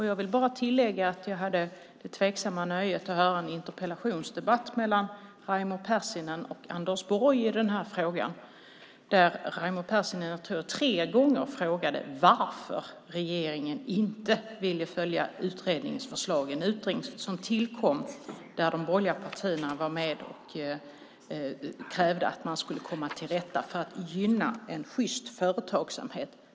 Jag vill bara tillägga att jag hade det tveksamma nöjet att höra en interpellationsdebatt mellan Raimo Pärssinen och Anders Borg i den här frågan, där Raimo Pärssinen tre gånger, tror jag, frågade varför regeringen inte ville följa utredningens förslag. När utredningen tillkom var de borgerliga partierna med och krävde att man skulle komma till rätta med detta för att gynna en sjyst företagsamhet.